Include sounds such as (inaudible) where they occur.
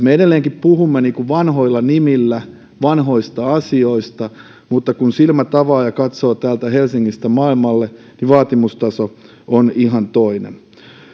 (unintelligible) me edelleenkin puhumme vanhoilla nimillä vanhoista asioista mutta kun silmät avaa ja katsoo täältä helsingistä maailmalle vaatimustaso on ihan toinen